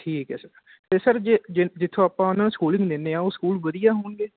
ਠੀਕ ਹੈ ਸਰ ਤਾਂ ਸਰ ਜੇ ਜਿੱਥੋਂ ਆਪਾਂ ਨਾ ਸਕੂਲ ਲੈਦੇ ਆ ਉਹ ਸਕੂਲ ਵਧੀਆ ਹੋਣਗੇ